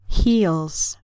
heels